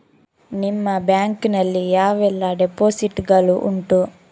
ನಿಮ್ಮ ಬ್ಯಾಂಕ್ ನಲ್ಲಿ ಯಾವೆಲ್ಲ ಡೆಪೋಸಿಟ್ ಗಳು ಉಂಟು?